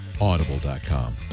audible.com